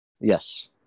Yes